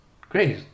Great